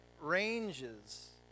ranges